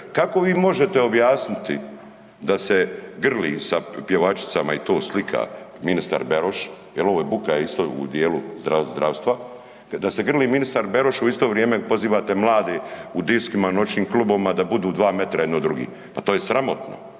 Kako vi možete objasniti da se grli sa pjevačicama i to slika ministar Beroš, jel ovo je buka isto u dijelu zdravstva, da se grli ministar Beroš, a u isto vrijeme pozivate mlade u diskovima, noćni klubovima da budu dva metra jedno od drugih? Pa to je sramotno,